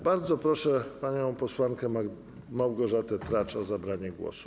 Bardzo proszę panią posłankę Małgorzatę Tracz o zabranie głosu.